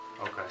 Okay